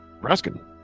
Raskin